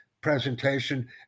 presentation